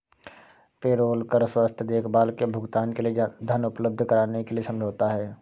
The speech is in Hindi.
पेरोल कर स्वास्थ्य देखभाल के भुगतान के लिए धन उपलब्ध कराने के लिए समझौता है